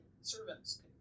Servants